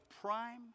prime